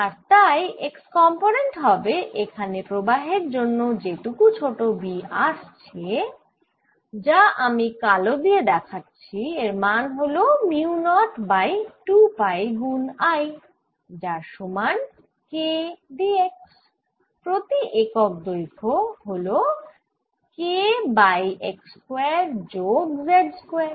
আর তাই x component হবে এখানে প্রবাহের জন্য যেটুকু ছোট B আসছে যা আমি কালো দিয়ে দেখাচ্ছি এর মান হল মিউ নট বাই 2 পাই গুন I যার সমান K dx প্রতি একক দৈর্ঘ্য হল K বাই x স্কয়ার যোগ z স্কয়ার